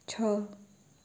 छ